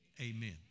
Amen